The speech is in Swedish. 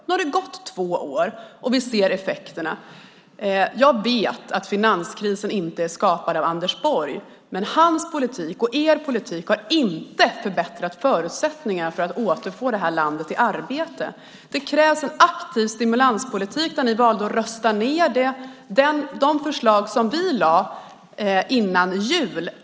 Nu har det gått två år, och vi ser effekterna. Jag vet att finanskrisen inte är skapad av Anders Borg, men hans och er politik har inte förbättrat förutsättningarna för att återfå vårt land i arbete. Det krävs en aktiv stimulanspolitik. Ni valde att rösta ned de förslag som vi lade fram före jul.